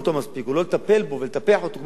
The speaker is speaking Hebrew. או לא לטפל בו ולטפח אותו כמו שצריך,